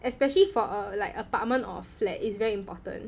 especially for a like apartment or flat is very important